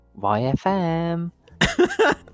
YFM